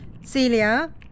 Celia